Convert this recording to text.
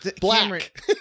Black